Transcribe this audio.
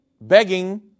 begging